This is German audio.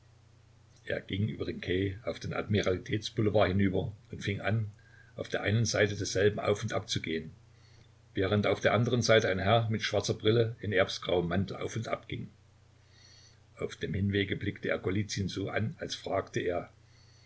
er ging über den quai auf den admiralitäts boulevard hinüber und fing an auf der einen seite desselben auf und ab zu gehen während auf der andern seite ein herr mit schwarzer brille in erbsgrauem mantel auf und ab ging auf dem hinwege blickte er golizyn so an als fragte er